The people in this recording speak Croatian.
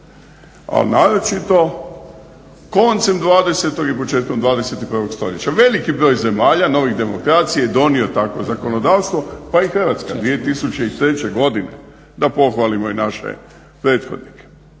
ali naročito koncem 20. i početkom 21. stoljeća. Veliki broj zemalja, novih demokracija je donio takvo zakonodavstvo pa i Hrvatska 2003. godine, da pohvalimo i naše prethodnike.